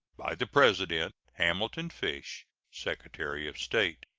by the president hamilton fish, secretary of state.